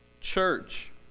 Church